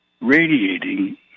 radiating